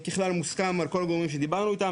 ככלל מוסכם של כל הגורמים שדיברנו איתם